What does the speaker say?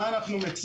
מה אנחנו מציעים?